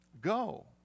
Go